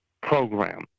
program